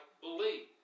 believe